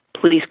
Please